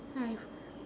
I have